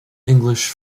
english